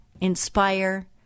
inspire